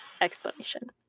explanation